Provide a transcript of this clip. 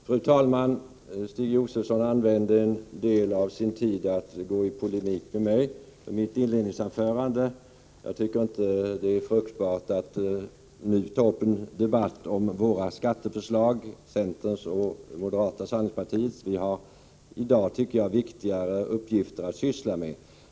Fru talman! Stig Josefson använde en del av sin tid till att gå i polemik med mitt inledningsanförande. Jag tycker inte att det är fruktbart att nu ta upp en debatt om centerns och moderata samlingspartiets skatteförslag. Vi har i dag, tycker jag, viktigare uppgifter att syssla med.